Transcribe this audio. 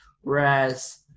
whereas